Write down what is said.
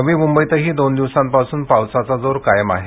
नवी मुंबईतही दोन दिवसांपासून पावसाचा जोर कायम आहे